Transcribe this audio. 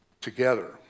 together